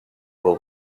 will